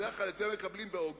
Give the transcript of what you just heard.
בדרך כלל את זה מקבלים באוגוסט